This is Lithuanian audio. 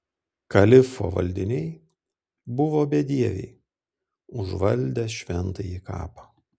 kalifo valdiniai buvo bedieviai užvaldę šventąjį kapą